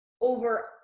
over